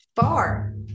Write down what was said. far